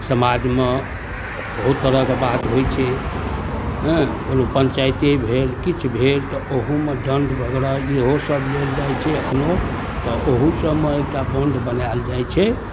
समाजमे बहुत तरहके बात होइ छै हँ कोनो पञ्चायते भेल किछु भेल तऽ ओहुमे दण्ड वगैरह इहो सब लेल जाइ छै एखनो तऽ ओहु सबमे एकटा बॉन्ड बनायल जाइ छै